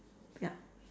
ya